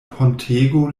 pontego